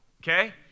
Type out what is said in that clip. okay